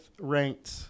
ranked